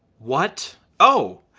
what? oh.